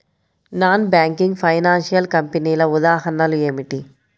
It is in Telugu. నాన్ బ్యాంకింగ్ ఫైనాన్షియల్ కంపెనీల ఉదాహరణలు ఏమిటి?